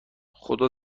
خدا